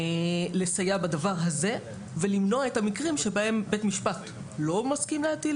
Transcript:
לסייע בדבר הזה ולמנוע את המקרים שבהם בית משפט לא מסכים להטיל